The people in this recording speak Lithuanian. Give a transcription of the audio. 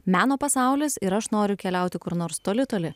meno pasaulis ir aš noriu keliauti kur nors toli toli